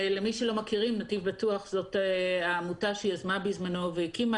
למי שלא מכירים "נתיב בטוח" זו העמותה שיזמה בזמנו והקימה